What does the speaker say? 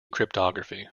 cryptography